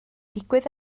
digwydd